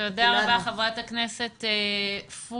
תודה רבה חברת הכנסת פרומן.